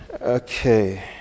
Okay